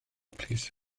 plîs